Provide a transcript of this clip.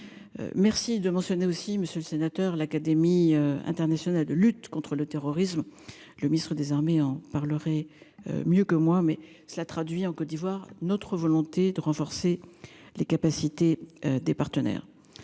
Merci de mentionner aussi monsieur le sénateur, l'Académie internationale de lutte contre le terrorisme. Le ministre des armées en parlerait mieux que moi mais cela traduit en Côte d'Ivoire, notre volonté de renforcer les capacités des partenaires.